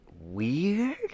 weird